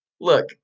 Look